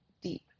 deep